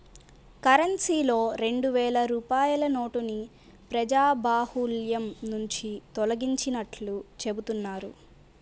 కరెన్సీలో రెండు వేల రూపాయల నోటుని ప్రజాబాహుల్యం నుంచి తొలగించినట్లు చెబుతున్నారు